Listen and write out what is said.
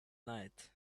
night